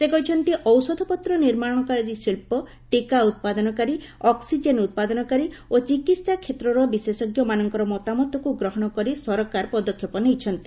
ସେ କହିଛନ୍ତି ଔଷଧପତ୍ର ନିର୍ମାଶକାରୀ ଶିଳ୍ପ ଟିକା ଉତ୍ପାଦନକାରୀ ଅକ୍ସିଜେନ୍ ଉତ୍ପାଦନକାରୀ ଓ ଚିକିତ୍ସା କ୍ଷେତ୍ରର ବିଶେଷଜ୍ଞମାନଙ୍କର ମତାମତକୁ ଗ୍ରହଣ କରି ସରକାର ପଦକ୍ଷେପ ନେଇଛନ୍ତି